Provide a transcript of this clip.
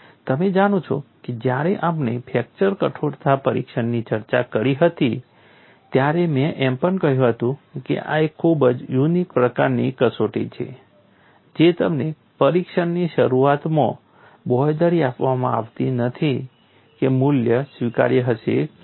તમે જાણો છો કે જ્યારે આપણે ફ્રેક્ચર કઠોરતા પરીક્ષણની ચર્ચા કરી હતી ત્યારે મેં એમ પણ કહ્યું હતું કે આ એક ખૂબ જ યુનીક પ્રકારની કસોટી છે જે તમને પરીક્ષણની શરૂઆતમાં બાંયધરી આપવામાં આવતી નથી કે મૂલ્ય સ્વીકાર્ય હશે કે નહીં